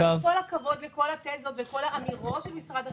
עם כל הכבוד לכל האמירות של משרד החינוך,